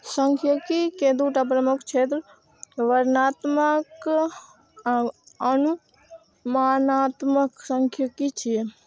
सांख्यिकी के दूटा प्रमुख क्षेत्र वर्णनात्मक आ अनुमानात्मक सांख्यिकी छियै